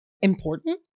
important